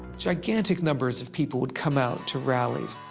gigantic numbers of people would come out to rallies,